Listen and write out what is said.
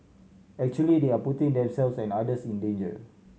actually they are putting themselves and others in danger